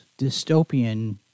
dystopian